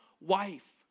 wife